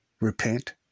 Repent